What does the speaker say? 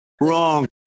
wrong